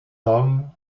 hommes